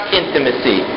intimacy